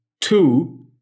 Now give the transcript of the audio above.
two